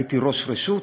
הייתי ראש רשות,